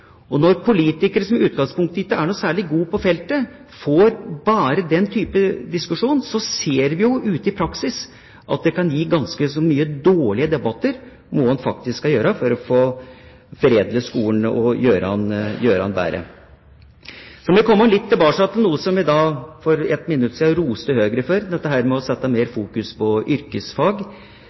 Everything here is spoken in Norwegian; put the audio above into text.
Og når politikere som i utgangspunktet ikke er noe særlig gode på feltet, får bare den typen informasjon, ser vi jo i praksis at det kan gi ganske mange dårlige debatter om hva en faktisk skal gjøre for å foredle skolen og gjøre den bedre. Så vil jeg komme litt tilbake til noe som jeg for ett minutt siden roste Høyre for, nemlig dette med å sette mer fokus på yrkesfag.